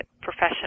professional